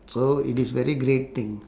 so it is very great thing